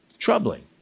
troubling